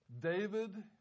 David